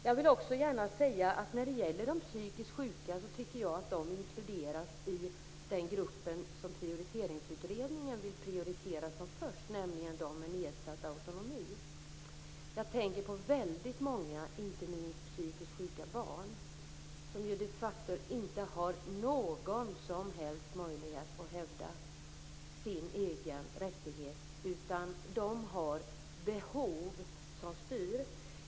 Jag vill också gärna säga att jag tycker att de psykiskt sjuka inkluderas i den grupp som Prioriteringsutredningen vill sätta främst, nämligen dem med nedsatt autonomi. Jag tänker då på väldigt många inte minst psykiskt sjuka barn, som de facto inte har någon som helst möjlighet att hävda sina egna rättigheter, utan de har behov som styr.